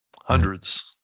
hundreds